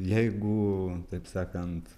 jeigu taip sakant